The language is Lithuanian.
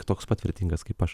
toks pat vertingas kaip aš